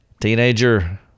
Teenager